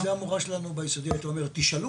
על זה המורה שלנו ביסודי הייתה אומרת: תשאלו